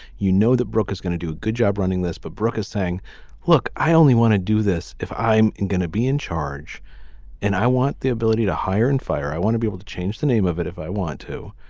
you know that brooke is gonna do a good job running this but brooke is saying look i only want to do this if i'm gonna be in charge and i want the ability to hire and fire. i want to be able to change the name of it if i want to.